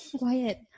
quiet